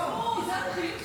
אמרו, זה הרכילות שיש עליי?